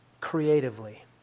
creatively